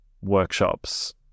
workshops